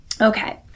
Okay